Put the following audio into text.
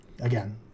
again